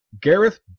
Gareth